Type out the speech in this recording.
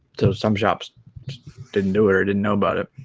so some shops didn't do it or didn't know about it